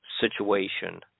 situation